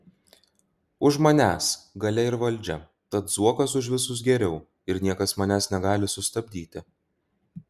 už manęs galia ir valdžia tad zuokas už visus geriau ir niekas manęs negali sustabdyti